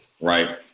right